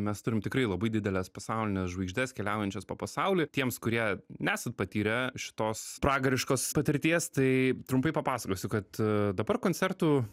mes turim tikrai labai dideles pasaulines žvaigždes keliaujančias po pasaulį tiems kurie nesat patyrę šitos pragariškos patirties tai trumpai papasakosiu kad dabar koncertų